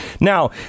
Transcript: Now